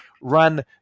run